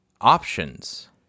options